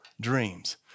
dreams